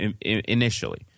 initially